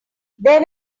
there